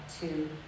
two